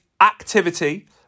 activity